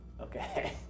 okay